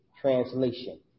Translation